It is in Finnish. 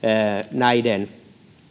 näiden